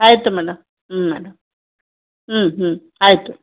ಆಯಿತು ಮೇಡಮ್ ಹ್ಞೂ ಮೇಡಮ್ ಹ್ಞೂ ಹ್ಞೂ ಆಯಿತು